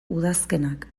udazkenak